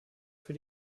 für